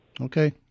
Okay